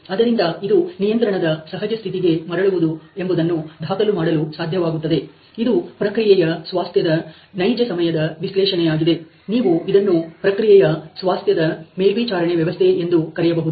ಅದರಿಂದ ಇದು ನಿಯಂತ್ರಣದ ಸಹಜ ಸ್ಥಿತಿಗೆ ಮರಳುವುದು ಎಂಬುದನ್ನು ದಾಖಲು ಮಾಡಲು ಸಾಧ್ಯವಾಗುತ್ತದೆ ಇದು ಪ್ರಕ್ರಿಯೆಯ ಸ್ವಾಸ್ಥ್ಯದ ನೈಜ ಸಮಯದ ವಿಶ್ಲೇಷಣೆಯಾಗಿದೆ ನೀವು ಇದನ್ನು ಪ್ರಕ್ರಿಯೆಯ ಸ್ವಾಸ್ಥ್ಯದ ಮೇಲ್ವಿಚಾರಣೆ ವ್ಯವಸ್ಥೆ ಎಂದು ಕರೆಯಬಹುದು